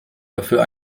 dafür